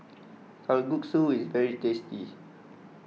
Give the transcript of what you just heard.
Kalguksu is very tasty